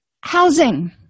housing